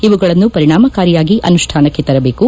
ಇವುಗಳನ್ನು ಪರಿಣಾಮಕಾರಿಯಾಗಿ ಅನುಷ್ಠಾನಕ್ಕೆ ತರಬೇಕು